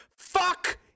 Fuck